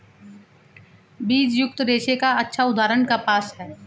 बीजयुक्त रेशे का अच्छा उदाहरण कपास है